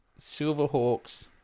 Silverhawks